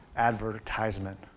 advertisement